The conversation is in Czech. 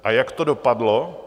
A jak to dopadlo?